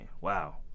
Wow